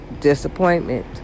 disappointment